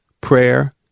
prayer